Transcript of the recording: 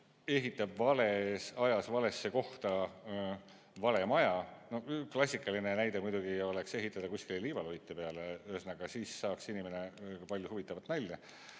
ehitab vales ajas valesse kohta vale maja – klassikaline näide muidugi oleks ehitada kuskile liivaluite peale, ühesõnaga, siis saaks inimene palju huvitavat nalja